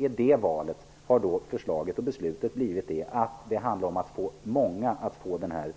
I det valet har förslaget och beslutet blivit att det handlar om att många skall få den här